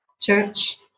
church